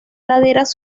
laderas